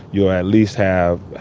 you at least have,